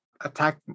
attack